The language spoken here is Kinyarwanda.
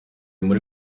muri